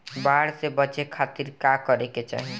बाढ़ से बचे खातिर का करे के चाहीं?